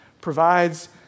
provides